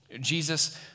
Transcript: Jesus